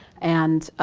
and